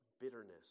bitterness